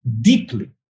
deeply